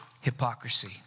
hypocrisy